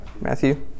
Matthew